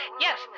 Yes